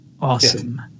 awesome